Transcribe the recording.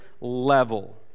level